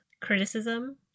criticism